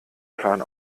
plan